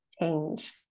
change